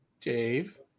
Dave